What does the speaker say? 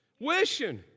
wishing